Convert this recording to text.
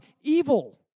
evil